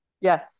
Yes